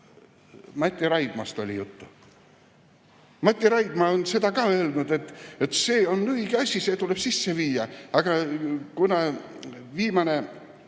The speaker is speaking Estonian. Mati Raidmast oli juttu. Ka Mati Raidma on seda öelnud, et see on õige asi, see tuleb sisse viia. Kuna viimane